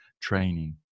Training